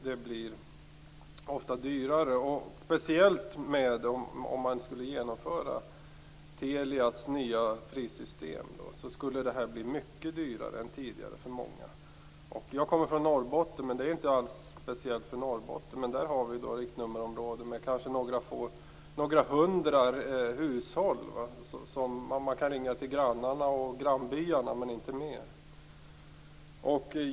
Det blir ofta dyrare, speciellt om man skulle genomföra Telias nya prissystem. Då skulle det här bli mycket dyrare än tidigare för många. Jag kommer från Norrbotten, med det är inte alls speciellt för Norrbotten, och där har vi riktnummerområden med kanske några hundra hushåll. Man kan ringa till grannarna och grannbyarna, men inte mer.